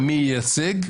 מי ייצג,